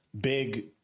big